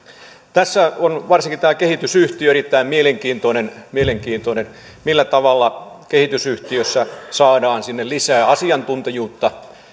tässä on varsinkin tämä kehitysyhtiö erittäin mielenkiintoinen mielenkiintoinen millä tavalla kehitysyhtiössä saadaan sinne lisää asiantuntijuutta